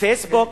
"פייסבוק",